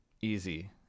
easy